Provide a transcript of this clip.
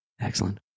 Excellent